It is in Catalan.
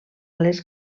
les